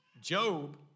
Job